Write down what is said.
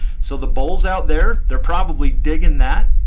so the bulls out there, they're probably digging that.